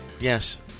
Yes